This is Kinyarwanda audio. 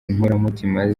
inkoramutima